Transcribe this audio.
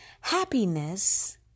Happiness